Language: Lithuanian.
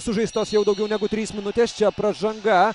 sužaistos jau daugiau negu trys minutės čia pražanga